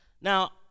Now